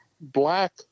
black